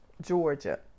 Georgia